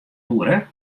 oere